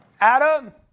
Adam